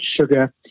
sugar